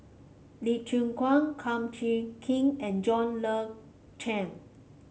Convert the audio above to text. Lee Chin Koon Kum Chee Kin and John Le Cain